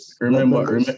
remember